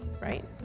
right